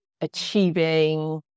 achieving